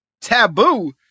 Taboo